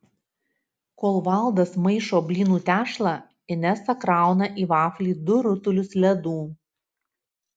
kol valdas maišo blynų tešlą inesa krauna į vaflį du rutulius ledų